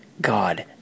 God